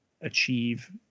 achieve